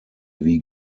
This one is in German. wie